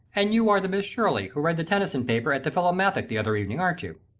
and you are the miss shirley who read the tennyson paper at the philomathic the other evening, aren't you?